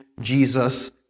Jesus